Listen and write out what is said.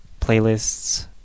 playlists